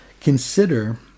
Consider